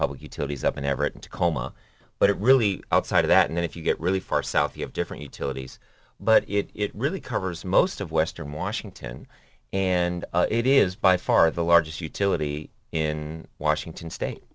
public utilities up in everett in tacoma but it really outside of that and if you get really far south you have different entities but it really covers most of western washington and it is by far the largest utility in washington state